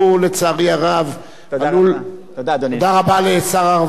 תודה רבה לשר הרווחה משה כחלון.